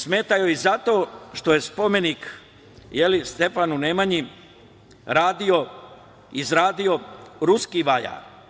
Smeta joj zato što je spomenik Stefanu Nemanji radio, izradio ruski vajar.